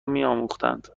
میآموختند